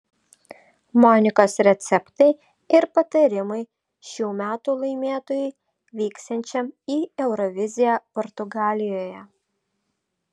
monikos receptai ir patarimai šių metų laimėtojui vyksiančiam į euroviziją portugalijoje